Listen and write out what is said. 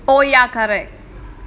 oh ya correct